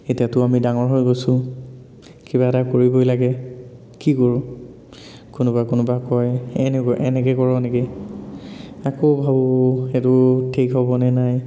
এতিয়াতো আমি ডাঙৰ হৈ গৈছোঁ কিবা এটা কৰিবই লাগে কি কৰোঁ কোনোবা কোনোবা কয় এনেকুৱা এনেকৈ কৰোঁ নেকি আকৌ ভাবোঁ সেইটো ঠিক হ'বনে নাই